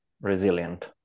resilient